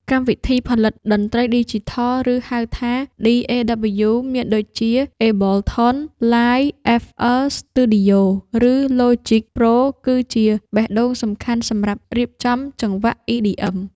កម្មវិធីផលិតតន្ត្រីឌីជីថល ឬហៅថា DAW មានដូចជា អេប៊លថុន ឡាយ អែហ្វអិល ស្ទូឌីយ៉ូ ឬ ឡូជិក ប្រូ គឺជាបេះដូងសំខាន់សម្រាប់រៀបចំចង្វាក់ EDM។